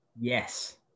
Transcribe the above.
Yes